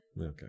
Okay